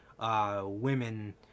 women